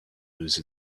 lose